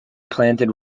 planted